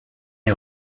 est